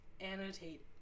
annotate